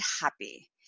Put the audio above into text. happy